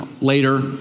later